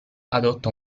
adotta